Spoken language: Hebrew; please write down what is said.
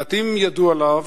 מעטים ידעו עליו,